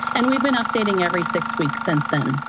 and we've been updating every six weeks since then.